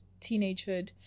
teenagehood